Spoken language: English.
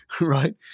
right